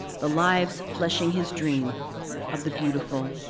the lives fleshing his dream of the beautiful,